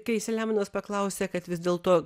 kai selemonas paklausė kad vis dėlto